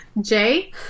Jay